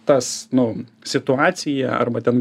tas nu situacija arba ten